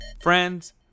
Friends